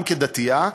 גם כדתייה,